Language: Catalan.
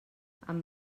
amb